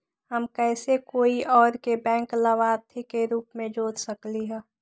हम कैसे कोई और के बैंक लाभार्थी के रूप में जोर सकली ह?